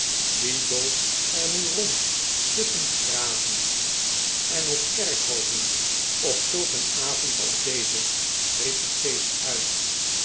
doolt er nu rond tusschen graven en op kerkhoven op zulk een avond als dezen riep de geest uit